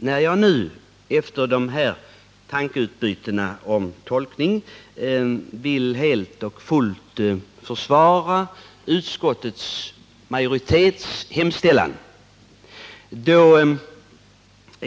När jag nu, efter tankeutbytena om tolkning, vill helt och fullt försvara utskottsmajoritetens hemställan, är